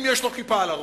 אם יש לו כיפה על הראש,